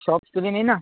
shops کے لیے نہیں نا